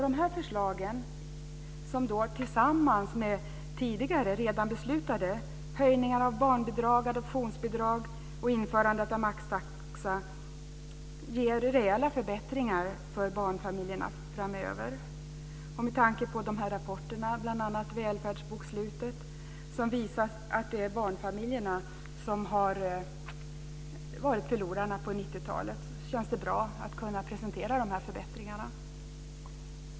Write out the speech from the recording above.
Dessa förslag tillsammans med redan tidigare beslutade ändringar - höjning av barnbidrag, adoptionsbidrag och införandet av maxtaxa - ger rejäla förbättringar för barnfamiljerna framöver. Med tanke på rapporterna, bl.a. Välfärdsbokslutet, som visar att barnfamiljerna har varit förlorarna på 90-talet känns det bra att kunna presentera dessa förbättringar.